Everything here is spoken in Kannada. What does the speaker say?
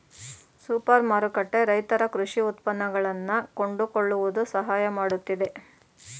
ಸೂಪರ್ ಮಾರುಕಟ್ಟೆ ರೈತರ ಕೃಷಿ ಉತ್ಪನ್ನಗಳನ್ನಾ ಕೊಂಡುಕೊಳ್ಳುವುದು ಸಹಾಯ ಮಾಡುತ್ತಿದೆ